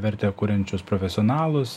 vertę kuriančius profesionalus